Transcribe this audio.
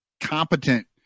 competent